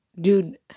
dude